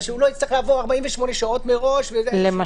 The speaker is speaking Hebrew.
שהוא לא יצטרך לבוא 48 שעות מראש למשל.